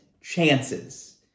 chances